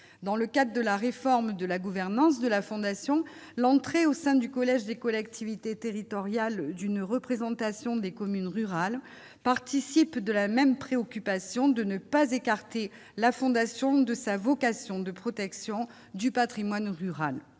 dans le cas de la réforme de la gouvernance de la fondation, l'entrée au sein du collège des collectivités territoriales d'une représentation des communes rurales, participe de la même préoccupation de ne pas écarter la fondation de sa vocation de protection du Patrimoine rural,